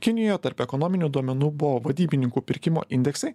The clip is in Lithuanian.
kinijoje tarp ekonominių duomenų buvo vadybininkų pirkimo indeksai